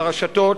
לרשתות,